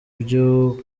byo